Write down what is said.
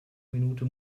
minute